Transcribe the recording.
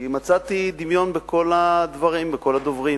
כי מצאתי דמיון בכל הדברים, בכל הדוברים.